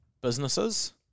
businesses